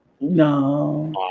No